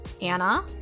Anna